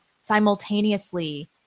simultaneously